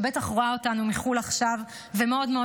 שבטח רואה אותנו מחו"ל עכשיו ומאוד מאוד